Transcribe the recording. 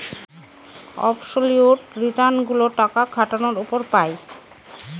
absolute return গুলো টাকা খাটানোর উপর পাই